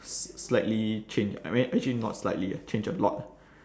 s~ slightly changed I mean actually not slightly ah changed a lot